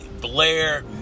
Blair